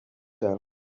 fell